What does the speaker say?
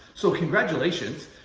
so congratulations.